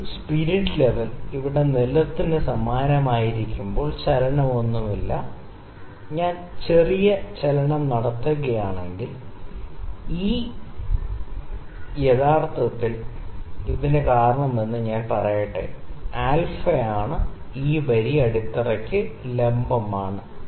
ഒരു spirit level ഇവിടെ നിലത്തിന് സമാന്തരമായിരിക്കുമ്പോൾ ചലനമൊന്നുമില്ല ഞാൻ കുറച്ച് ചലനം നടത്തുകയാണെങ്കിൽ ഈ ചലനം യഥാർത്ഥത്തിൽ ഈ ചലനമാണ് ഇതിന് കാരണമെന്ന് ഞാൻ പറയട്ടെ α കാരണം ഈ വരി അടിത്തറയ്ക്ക് ലംബമാണ്